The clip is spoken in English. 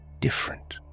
different